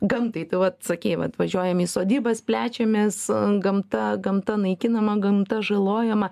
gamtai tai vat sakei vat važiuojam į sodybas plečiamės gamta gamta naikinama gamta žalojama